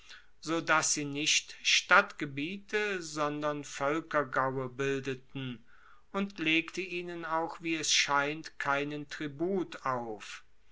dass sie nicht stadtgebiete sondern voelkergaue bildeten und legte ihnen auch wie es scheint keinen tribut auf